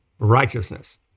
righteousness